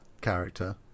character